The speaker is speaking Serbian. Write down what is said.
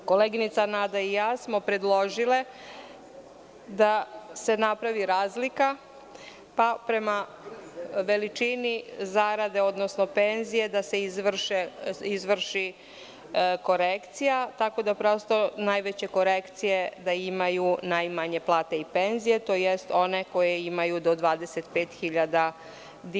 Koleginica Nada i ja smo predložile da se napravi razlika pa prema veličini zarade, odnosno penzije da se izvrši korekcija, tako da prosto najveće korekcije imaju najmanje plate i penzije, tj. one koje imaju do 25.000 dinara.